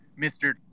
Mr